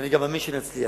ואני גם מאמין שנצליח.